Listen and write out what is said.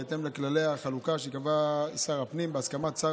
בהתאם לכללי החלוקה שיקבע שר הפנים בהסכמת שר